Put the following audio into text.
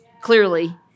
clearly